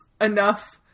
enough